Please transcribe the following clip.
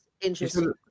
Interesting